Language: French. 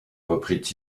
reprit